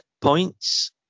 points